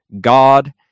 God